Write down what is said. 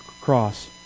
cross